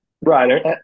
Right